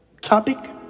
topic